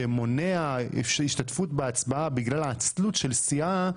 שמונע השתתפות בהצבעה בגלל העצלות של סיעה,